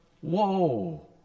Whoa